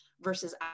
versus